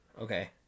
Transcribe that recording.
Okay